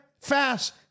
fast